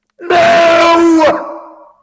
No